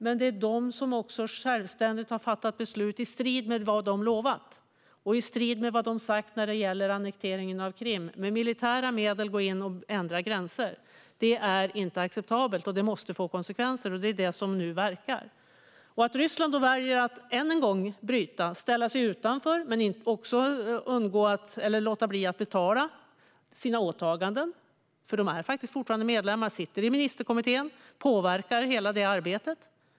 Men de har också självständigt fattat beslut i strid med vad de lovat och i strid med vad de sagt när det gäller annekteringen av Krim, att med militära medel gå in och ändra gränser. Det är inte acceptabelt. Det måste få konsekvenser, och det är det som verkar nu. Att Ryssland då väljer att än en gång bryta och ställa sig utanför men också låta bli att betala sina åtaganden påverkar hela det arbetet. De är faktiskt fortfarande medlemmar och sitter i ministerkommittén.